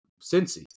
Cincy